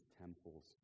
temples